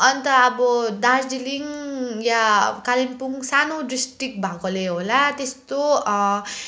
अन्त अब दार्जिलिङ या कालिम्पोङ सानो डिस्ट्रिक्ट भएकोले होला त्यस्तो